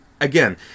again